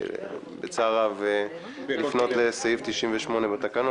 בצער רב, לפנות לסעיף 98 בתקנון.